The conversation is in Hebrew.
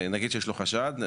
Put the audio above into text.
נגיד שיש לו חשד,